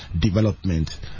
development